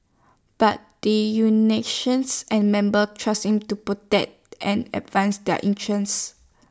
but the and members trusted him to protect and advance their interests